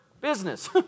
business